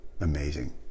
amazing